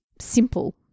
simple